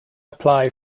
apply